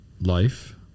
life